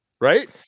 right